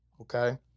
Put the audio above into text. okay